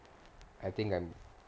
I think I'm